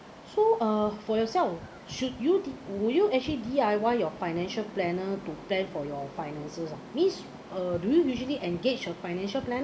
so uh for yourself should you would you actually D_I_Y your financial planner to plan for your finances ah means uh do you usually engage your financial plan